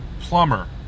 plumber